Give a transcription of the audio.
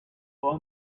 all